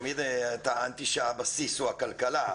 תמיד טענתי שהבסיס הוא הכלכלה,